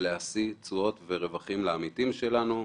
להשיא תשואות ורווחים לעמיתים שלנו.